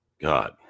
God